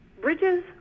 Bridges